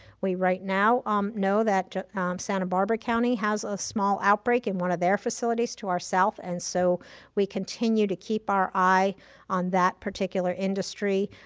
we right now um know that santa barbara county has a small outbreak in one of their facilities to ourself. and so we continue to keep our eye on that particular industry,